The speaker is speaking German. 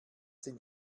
sind